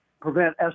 prevent